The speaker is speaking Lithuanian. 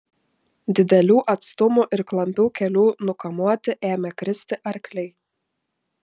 didelių atstumų ir klampių kelių nukamuoti ėmė kristi arkliai